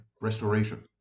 restoration